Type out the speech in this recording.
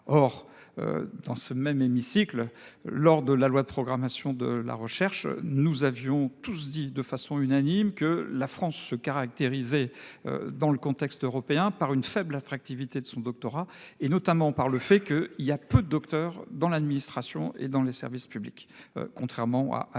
Or. Dans ce même hémicycle. Lors de la loi de programmation de la recherche. Nous avions tous dit de façon unanime que la France se caractériser dans le contexte européen par une faible attractivité de son doctorat et notamment par le fait que il y a peu. Docteur dans l'administration et dans les services publics. Contrairement à l'Allemagne